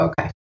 okay